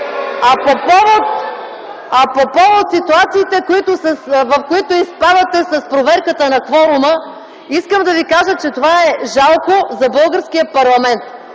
По повод ситуациите, в които изпадате с проверката на кворума, искам да ви кажа, че това е жалко за българския парламент